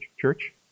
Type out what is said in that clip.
church